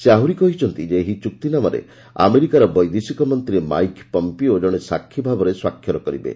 ସେ ଆହୁରି କହିଛନ୍ତି ଯେ ଏହି ଚୁକ୍ତିନାମାରେ ଆମେରିକାର ବୈଦେଶିକ ମନ୍ତ୍ରୀ ମାଇକ୍ ପମ୍ପିଓ ଜଣେ ସାକ୍ଷୀ ଭାବରେ ସ୍ୱାକ୍ଷର କରିବେ